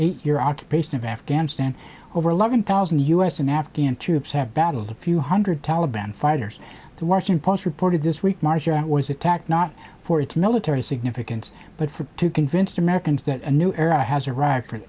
eight year occupation of afghanistan over eleven thousand u s and afghan troops have battled a few hundred taliban fighters the washington post reported this week margaret was attacked not for its military significance but for to convince americans that a new era has arrived for